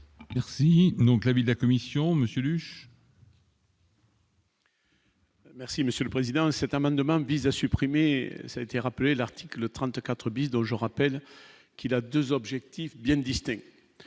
Merci donc l'avis de la Commission, monsieur le. Merci monsieur le président, cet amendement vise à supprimer, ça été rappelé l'article 34 bis, donc je rappelle qu'il a 2 objectifs bien distincts,